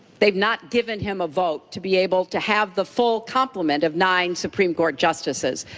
they have not given him a vote to be able to have the full complement of nine supreme court justices.